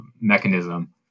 mechanism